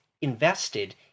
invested